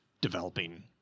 developing